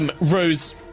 Rose